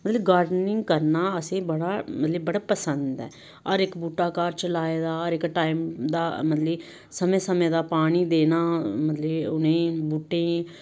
मतलब गार्डनिंग करना असेंगी बड़ा मतलब कि बड़ा पसंद ऐ हर इक बूहटा घर च लाए दा हर इक टाइम दा मतलब कि समें समें दा पानी देना मतलब कि उ'नें बूहटें गी